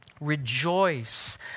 Rejoice